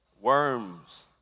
Worms